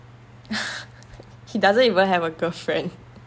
he doesn't even have a girlfriend